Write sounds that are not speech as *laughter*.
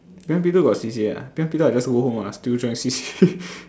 P one P two got C_C_A ah then P two I just go home ah still join C_C_A *laughs*